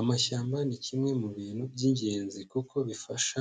Amashyamba ni kimwe mu bintu by'ingenzi kuko bifasha